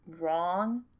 wrong